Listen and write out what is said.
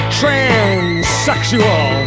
transsexual